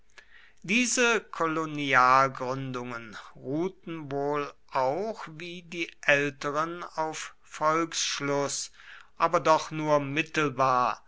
diese kolonialgründungen ruhten wohl auch wie die älteren auf volksschluß aber doch nur mittelbar